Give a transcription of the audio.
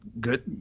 good